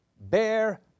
bear